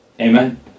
Amen